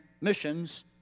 missions